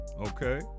Okay